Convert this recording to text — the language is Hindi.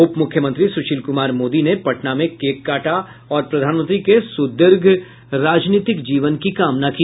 उप मुख्यमंत्री सुशील कुमार मोदी ने पटना में केक काटा और प्रधानमंत्री के सुदीर्घ राजनीतिक जीवन की कामना की